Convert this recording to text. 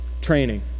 training